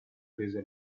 prese